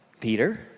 Peter